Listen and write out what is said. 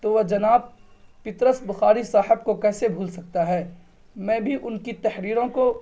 تو وہ جناب پطرس بخاری صاحب کو کیسے بھول سکتا ہے میں بھی ان کی تحریروں کو